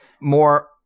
more